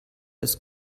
ist